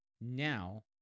now